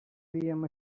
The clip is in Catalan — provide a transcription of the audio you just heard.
diem